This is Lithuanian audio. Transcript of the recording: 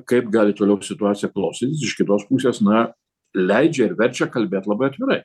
kaip gali toliau situacija klostytis iš kitos pusės na leidžia ir verčia kalbėt labai atvirai